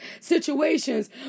situations